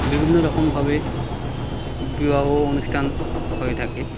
বিভিন্ন রকমভাবে বিবাহ অনুষ্ঠান হয়ে থাকে